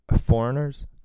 foreigners